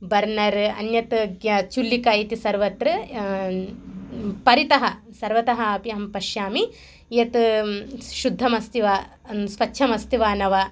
burner अन्यत् ग्य चुल्लिः इति सर्वत्र परितः सर्वतः अपि अहं पश्यामि यत् शुद्धमस्ति वा स्वच्छमस्ति वा न वा